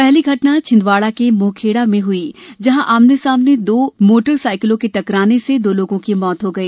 पहली घटना छिंदवाड़ा के मोहखेड़ में हुई जहां आमने सामने दो मोटर साइकिलों के टकराने से दो लागों की मौत हो गई